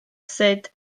sut